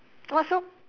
what soup